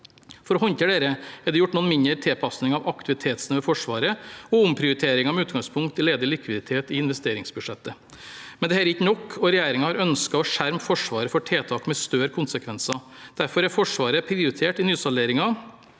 For å håndtere dette er det gjort noen mindre tilpasninger av aktivitetsnivået i Forsvaret, og omprioriteringer med utgangspunkt i ledig likviditet i investeringsbudsjettet. Men dette er ikke nok, og regjeringen har ønsket å skjerme Forsvaret for tiltak med større konsekvenser. Derfor er Forsvaret prioritert i nysalderingen